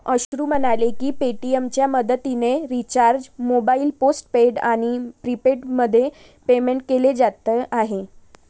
अश्रू म्हणाले की पेटीएमच्या मदतीने रिचार्ज मोबाईल पोस्टपेड आणि प्रीपेडमध्ये पेमेंट केले जात आहे